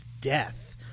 death